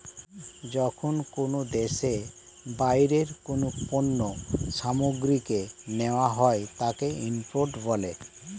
যখন কোনো দেশে বাইরের কোনো পণ্য সামগ্রীকে নেওয়া হয় তাকে ইম্পোর্ট বলে